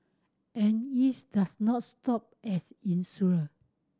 and is does not stop as insurer